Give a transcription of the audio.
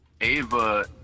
Ava